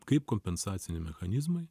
kaip kompensaciniai mechanizmai